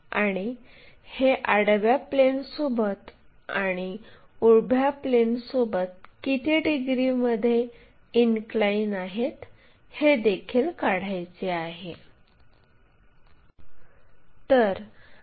आणि हे आडव्या प्लेनसोबत आणि उभ्या प्लेनसोबत किती डिग्रीमध्ये इनक्लाइन आहेत हेदेखील काढायचे आहे